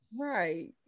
Right